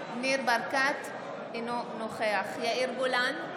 ברקת, אינו נוכח יאיר גולן,